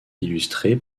illustrée